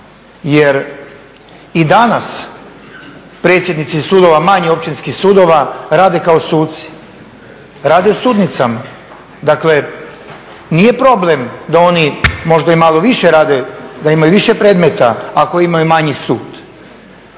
Jer i danas predsjednici sudova, manjih općinskih sudova, rade kao suci, rade u sudnicama. Dakle, nije problem da oni možda i malo više rade, da imaju više predmeta ako imaju manji sud.